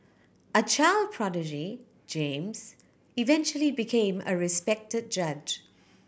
a child prodigy James eventually became a respected judge